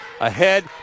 ahead